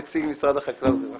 נציג משרד החקלאות, בבקשה.